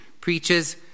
preaches